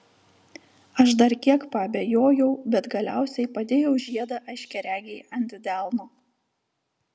aš dar kiek paabejojau bet galiausiai padėjau žiedą aiškiaregei ant delno